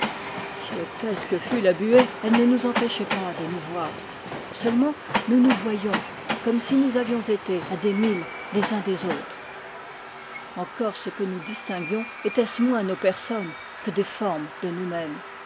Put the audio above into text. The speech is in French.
si épaisse que fût la buée elle ne nous empêchait pas de nous voir seule ment nous nous voyions comme si nous avions été à des milles les uns des autres encore ce que nous distinguions était-ce moins nos personnes que des formes de nous-mêmes